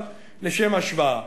אבל לשם השוואה,